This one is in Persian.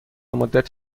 مدت